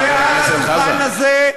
ומעל הדוכן הזה,